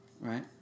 Right